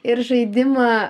ir žaidimą